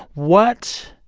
what